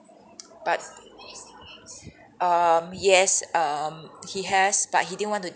but um yes um he has but he didn't want to